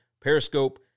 Periscope